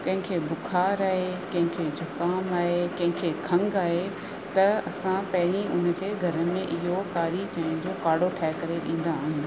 कंहिंखे बुख़ारु आहे कंहिंखे ज़ुकाम आहे कंहिंखे खंघु आहे त असां पहिरीं उन खे घर में इहो कारी जंहिंजो काड़ो ठाहे करे ॾींदा आहियूं